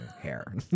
hair